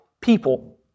people